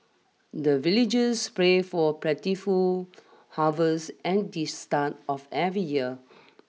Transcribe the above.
the villagers pray for plentiful harvest at the start of every year